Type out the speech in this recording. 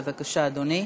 בבקשה, אדוני.